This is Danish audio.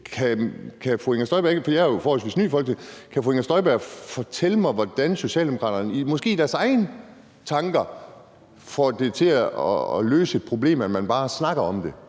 kan fru Inger Støjberg fortælle mig, hvordan Socialdemokraterne i måske deres egne tanker kan tro, at det løser et problem bare at snakke om det?